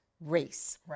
race